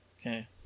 Okay